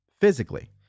physically